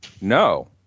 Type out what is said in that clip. No